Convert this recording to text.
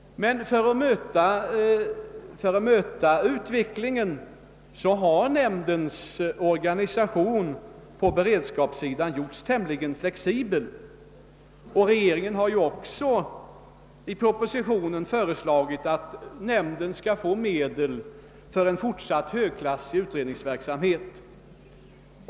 Men för att möta utvecklingen har nämndens organisation på beredskapsområ det gjorts tämligen flexibel, och regeringen har också i propositionen föreslagit att nämnden skall få medel för en fortsatt högklassig utredningsverksamhet.